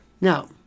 Now